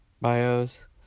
Bios